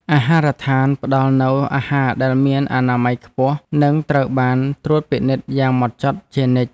អាហារដ្ឋានផ្តល់នូវអាហារដែលមានអនាម័យខ្ពស់និងត្រូវបានត្រួតពិនិត្យយ៉ាងហ្មត់ចត់ជានិច្ច។